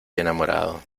enamorado